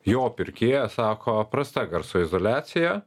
jo pirkėjas sako prasta garso izoliacija